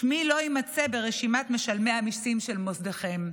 שמי לא יימצא ברשימת משלמי המיסים של מוסדכם".